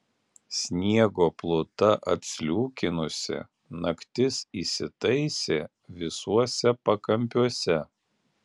sniego pluta atsliūkinusi naktis įsitaisė visuose pakampiuose